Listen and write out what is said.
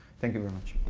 thank you very much.